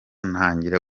ntangira